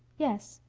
yes.